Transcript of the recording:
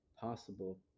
possible